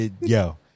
Yo